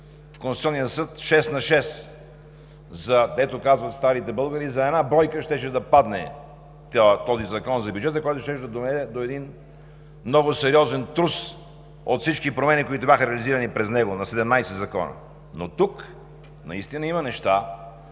Конституционния съд, дето, както казват старите българи, за една бройка щеше да падне този закон за бюджета, който щеше да доведе до един много сериозен трус от всички промени на 17 закона, които бяха реализирани през него. Но тук наистина има неща,